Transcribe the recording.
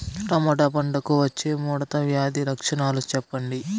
Tomato పంటకు వచ్చే ముడత వ్యాధి లక్షణాలు చెప్పండి?